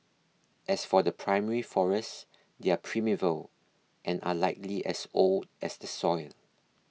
as for the primary forest they're primeval and are likely as old as the soil